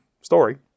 story